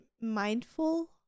mindful